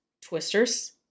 Twisters